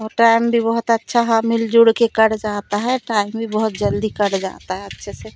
और टाइम भी बहुत अच्छा हाँ मिल जुल के कट जाता है टाइम भी बहुत जल्दी कट जाता है अच्छे से